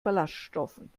ballaststoffen